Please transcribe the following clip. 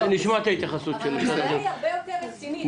נשמע את ההתייחסות של משרד --- אבל הבעיה היא הרבה יותר רצינית.